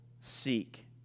seek